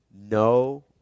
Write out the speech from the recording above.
no